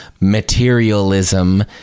materialism